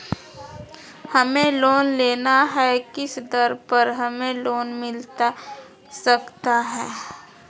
हमें लोन लेना है किस दर पर हमें लोन मिलता सकता है?